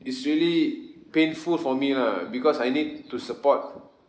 it's really painful for me lah because I need to support